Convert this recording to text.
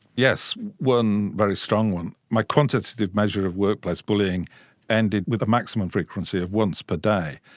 yes, one very strong one. my quantitative measure of workplace bullying ended with a maximum frequency of once per day,